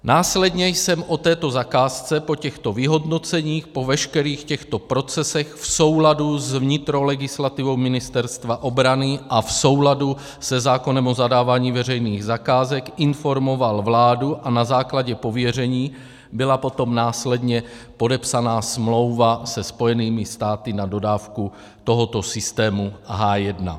Následně jsem o této zakázce po těchto vyhodnoceních, po veškerých těchto procesech v souladu s vnitrolegislativou Ministerstva obrany a v souladu se zákonem o zadávání veřejných zakázek informoval vládu a na základě pověření byla potom následně podepsána smlouva se Spojenými státy na dodávku tohoto systému H1.